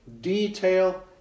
detail